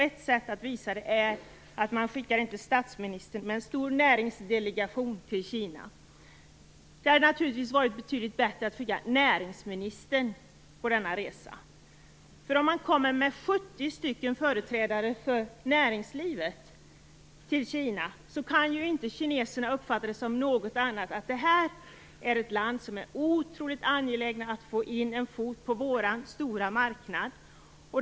Ett sätt att visa det är att inte skicka statsministern med en stor näringsdelegation till Kina. Det hade naturligtvis varit betydligt bättre att skicka näringsministern på denna resa. Om man kommer till Kina med 70 företrädare för näringslivet kan kineserna inte uppfatta det som något annat än att Kina är ett land där det är otroligt angeläget att få in en fot på den stora marknaden.